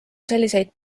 selliseid